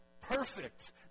perfect